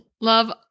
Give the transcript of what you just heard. Love